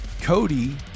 Cody